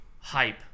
hype